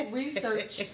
research